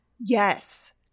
Yes